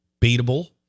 beatable